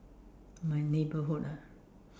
my neighborhood ah